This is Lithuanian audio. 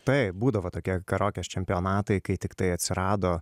taip būdavo tokie karokės čempionatai kai tiktai atsirado